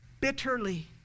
bitterly